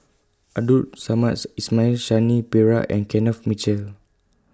Abdul Samad's Ismail Shanti Pereira and Kenneth Mitchell